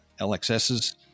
lxs's